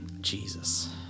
Jesus